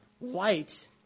Light